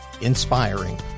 inspiring